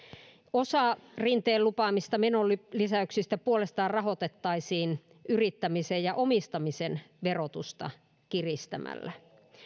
osa rinteen lupaamista menolisäyksistä puolestaan rahoitettaisiin yrittämisen ja omistamisen verotusta kiristämällä